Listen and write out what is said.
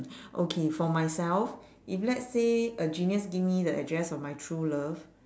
okay for myself if let's say a genius give me the address of my true love